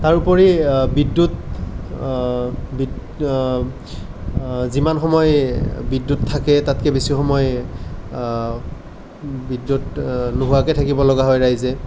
তাৰোপৰি বিদ্যুৎ বিদ্যুৎ যিমান সময় বিদ্যুৎ থাকে তাতকৈ বেছি সময় বিদ্যুৎ নোহোৱাকৈ থাকিব লগা হয় ৰাইজে